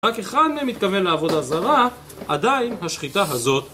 רק אחד מהם מתכוון לעבודה זרה, עדיין השחיטה הזאת.